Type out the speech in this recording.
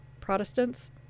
Protestants